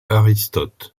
aristote